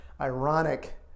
ironic